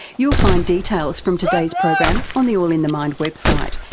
you'll find details from today's program on the all in the mind website,